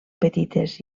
petites